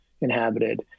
inhabited